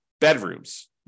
bedrooms